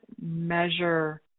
measure